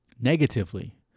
negatively